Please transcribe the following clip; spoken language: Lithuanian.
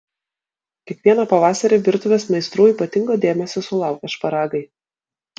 kiekvieną pavasarį virtuvės meistrų ypatingo dėmesio sulaukia šparagai